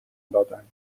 دادند